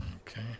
Okay